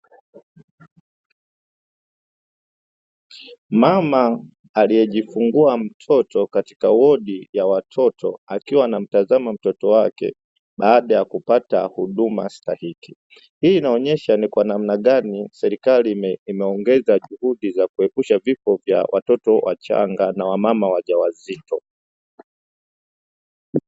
Mama aliejifungua mtoto katika wodi ya watoto akiwa anamtazama mtoto wake baada ya kupata huduma stahiki, hii inaonyesha ni kwa namna gani serikali imeongeza juhudi za kuepusha vifo vya watoto. wachanga na wamama wajawazito.